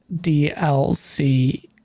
dlc